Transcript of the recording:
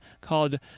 called